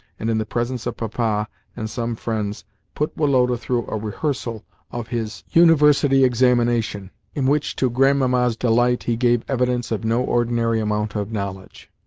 and in the presence of papa and some friends put woloda through a rehearsal of his university examination in which, to grandmamma's delight, he gave evidence of no ordinary amount of knowledge.